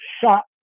shot